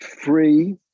free